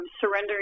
surrendering